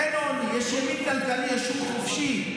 אין עוני, יש ימין כלכלי, יש שוק חופשי,